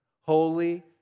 holy